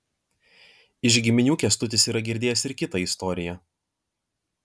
iš giminių kęstutis yra girdėjęs ir kitą istoriją